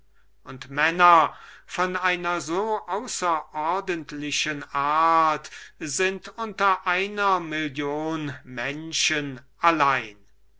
und männer von einer so außerordentlichen art sind unter einer million menschen allein